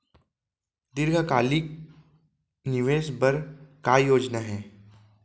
दीर्घकालिक निवेश बर का योजना हे?